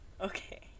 Okay